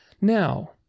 Now